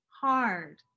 hard